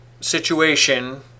situation